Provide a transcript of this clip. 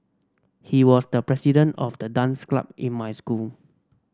he was the president of the dance club in my school